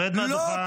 רד מהדוכן.